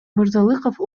мырзалыков